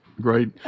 Great